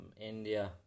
India